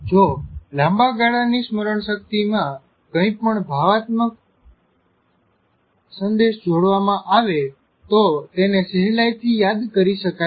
જો લાંબા ગાળાની સ્મરણ શક્તિમાં કંઈ પણ ભાવનાત્મક સંદેશ જોડવામાં આવે તો તેને સેહલાઈથી યાદ કરી શકાય છે